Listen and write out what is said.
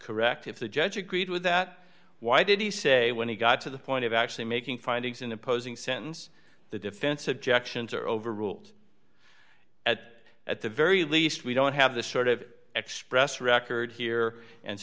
correct if the judge agreed with that why did he say when he got to the point of actually making findings in opposing sentence the defense objections are over rules at at the very least we don't have the sort of express record here and